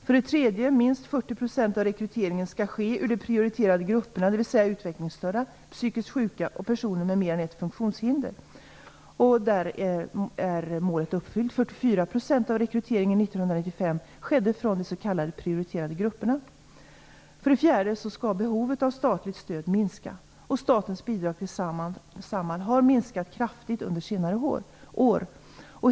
För det tredje skall minst 40 % av rekryteringen ske ur de prioriterade grupperna, dvs. utvecklingsstörda, psykiskt sjuka och personer med mer än ett funktionshinder. Där är målet uppfyllt. 44 % av rekryteringen 1995 skedde från de s.k. prioriterade grupperna. För det fjärde skall behovet av statligt stöd minska. Statens bidrag till Samhall har minskat kraftigt under senare år.